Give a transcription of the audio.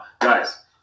guys